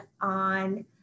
on